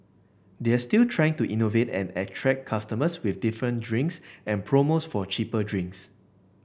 they're still trying to innovate and attract customers with different drinks and promos for cheaper drinks